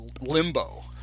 limbo